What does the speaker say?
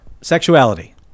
Sexuality